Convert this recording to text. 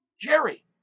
Jerry